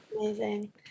Amazing